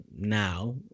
Now